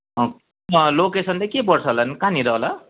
अँ अँ लोकेसन चाहिँ के पर्छ होला कहाँनिर होला